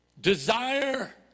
desire